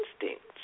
instincts